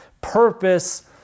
purpose